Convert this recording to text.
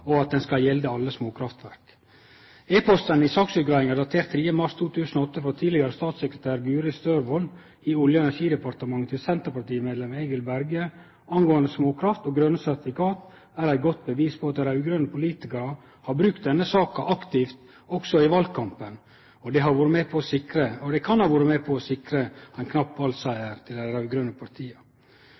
og at ho skal gjelde alle småkraftverk. E-posten i saksutgreiinga, datert 3. mars 2008, frå tidlegare statssekretær Guri Størvold i Olje- og energidepartementet til senterpartimedlem Egil Berge angåande småkraft og grøne sertifikat er eit godt bevis på at raud-grøne politikarar har brukt denne saka aktivt òg i valkampen, og det kan ha vore med på å sikre ein knapp valsiger til dei raud-grøne partia. Underteikning av intensjonsavtalen med